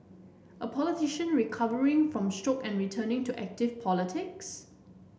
a politician recovering from stroke and returning to active politics